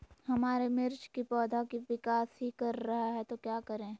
हमारे मिर्च कि पौधा विकास ही कर रहा है तो क्या करे?